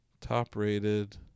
Top-rated